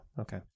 Okay